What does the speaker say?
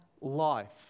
life